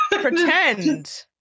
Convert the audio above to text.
pretend